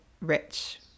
rich